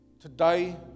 Today